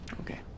Okay